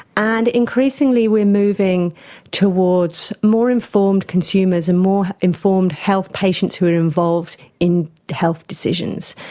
and increasingly we are moving towards more informed consumers and more informed health patients who are involved in health decisions.